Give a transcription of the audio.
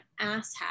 asshat